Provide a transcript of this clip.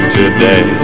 today